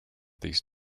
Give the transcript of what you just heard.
these